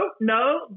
no